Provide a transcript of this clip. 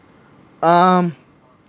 um